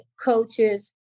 coaches